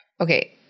okay